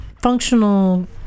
functional